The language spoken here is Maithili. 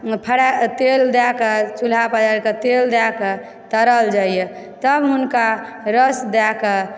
तेल दएकऽ चूल्हा पजारिकऽ तेल दएकऽ तरल जाइए तब हुनका रस दएकऽ